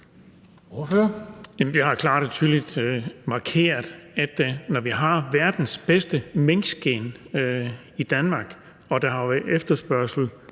og tydeligt markeret, at vi har verdens bedste minkskind i Danmark, og at der er efterspørgsel